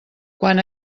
quan